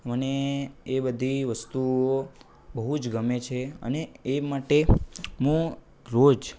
મને એ બધી વસ્તુઓ બહુ જ ગમે છે અને એ માટે મું રોજ